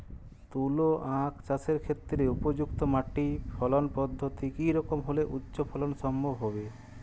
তুলো আঁখ চাষের ক্ষেত্রে উপযুক্ত মাটি ফলন পদ্ধতি কী রকম হলে উচ্চ ফলন সম্ভব হবে?